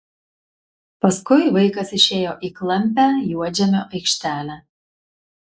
paskui vaikas išėjo į klampią juodžemio aikštelę